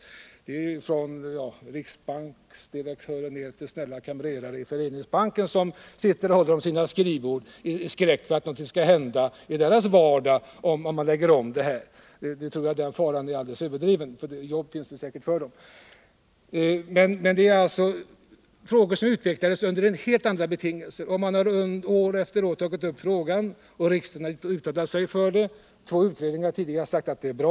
Många bankmän — från riksbanksdirektören ner till snälla kamrerare i föreningsbanker — sitter och håller i sina skrivbord i skräck för att någonting skall hända i deras vardag, om vi lägger om detta. Den faran är alldeles överdriven — jobb finns det säkert för dem. Nu gäller det alltså en fråga som har utvecklats under helt andra betingelser. År efter år har frågan tagits upp, och riksdagen har uttalat sig positivt. Två utredningar har tidigare sagt att förslaget är bra.